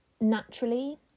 naturally